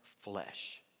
flesh